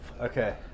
Okay